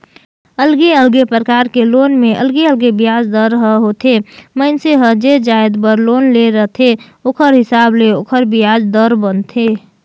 अलगे अलगे परकार के लोन में अलगे अलगे बियाज दर ह होथे, मइनसे हर जे जाएत बर लोन ले रहथे ओखर हिसाब ले ओखर बियाज दर बनथे